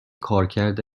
کارکرد